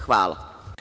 Hvala.